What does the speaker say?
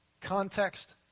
context